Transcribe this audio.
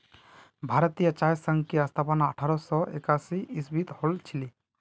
भारतीय चाय संघ की स्थापना अठारह सौ एकासी ईसवीत हल छिले